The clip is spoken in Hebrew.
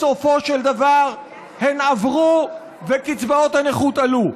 בסופו של דבר הן עברו וקצבאות הנכות עלו.